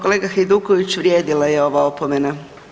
Kolega Hajduković vrijedila je ova opomena.